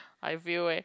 I fail eh